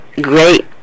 great